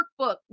workbook